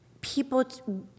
people